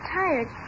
tired